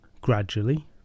gradually